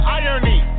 irony